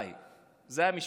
זה המשפט שלו.